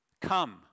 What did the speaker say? come